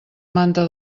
manta